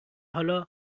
حالا